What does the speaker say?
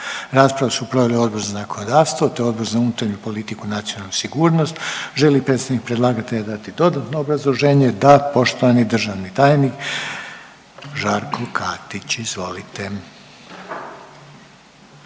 Raspravu su proveli Odbor za obranu, Odbor za unutarnju politiku i nacionalnu sigurnost. Želi li predstavnik predlagatelja dati dodatno obrazloženje? Poštovani državni tajnik Žarko Katić, izvolite.